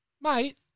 Mate